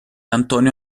antonio